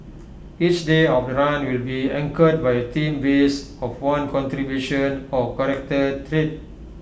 each day of the run will be anchored by A theme based of one contribution or character trait